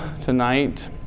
tonight